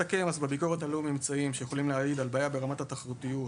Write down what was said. בביקורת עלו ממצאים שיכולים להעיד על בעיות ברמת התחרותיות,